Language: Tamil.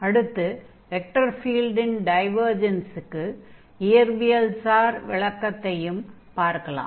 அடுத்து வெக்டர் ஃபீல்டின் டைவர்ஜன்ஸுக்கு இயற்பியல்சார் விளக்கத்தை பார்க்கலாம்